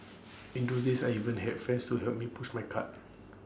in those days I even had friends to help me push my cart